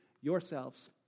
yourselves